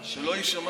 אחרי זה נעשה הצבעה.